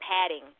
padding